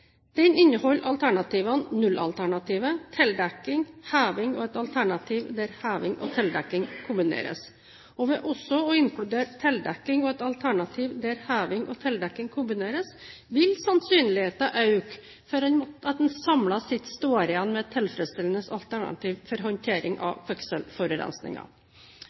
Den inneholder alternativene nullalternativet, tildekking, heving og et alternativ der heving og tildekking kombineres. Ved også å inkludere tildekking og et alternativ der heving og tildekking kombineres, vil sannsynligheten øke for at man samlet sett står igjen med et tilfredsstillende alternativ for håndtering av